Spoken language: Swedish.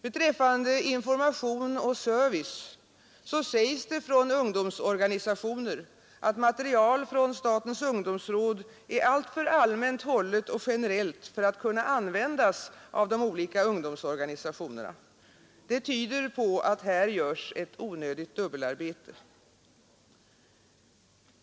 Beträffande information och service sägs det från ungdomsorganisationer att material från statens ungdomsråd är alltför allmänt hållet och generellt för att kunna användas av de olika ungdomsorganisationerna. Det tyder på att här görs ett onödigt dubbelarbete.